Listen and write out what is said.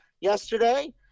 yesterday